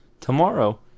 tomorrow